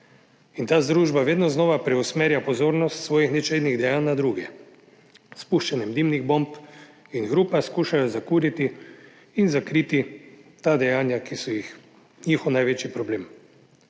In ta združba vedno znova preusmerja pozornost svojih nečednih dejanj na druge. S spuščanjem dimnih bomb in hrupa skušajo zakuriti in zakriti ta dejanja, ki so njihov največji problem.